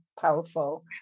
powerful